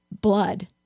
blood